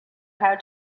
how